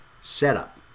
setup